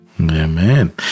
Amen